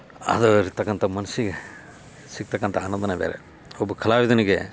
ಅದ್ರಲ್ಲಿ ಇರತಕ್ಕಂಥ ಮನಸ್ಸಿಗೆ ಸಿಗ್ತಕ್ಕಂಥ ಆನಂದನೇ ಬೇರೆ ಒಬ್ಬ ಕಲಾವಿದನಿಗೆ